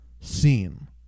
scene